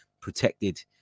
protected